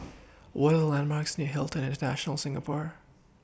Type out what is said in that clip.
What Are The landmarks near Hilton International Singapore